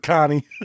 Connie